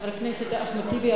חבר הכנסת אחמד טיבי,